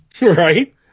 Right